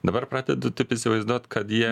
dabar pradedu taip įsivaizduot kad jie